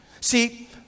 See